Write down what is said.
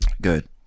Good